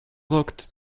looked